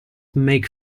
make